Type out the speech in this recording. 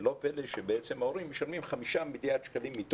לא פלא שההורים משלמים חמישה מיליארד שקלים.